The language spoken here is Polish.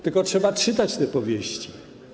Tylko trzeba czytać te powieści.